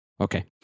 Okay